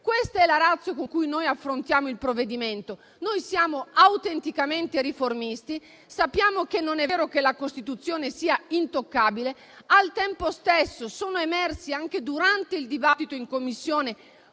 Questa è la *ratio* con cui noi affrontiamo il provvedimento. Siamo autenticamente riformisti e pensiamo che non sia vero che la Costituzione sia intoccabile. Sono emerse anche durante il dibattito in Commissione